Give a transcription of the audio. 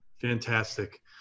Fantastic